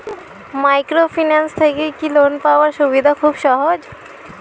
Microfinance থেকে কি loan পাওয়ার সুবিধা খুব সহজ?